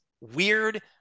weird